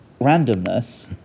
randomness